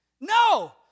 No